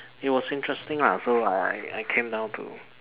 it was interesting lah so I I came down to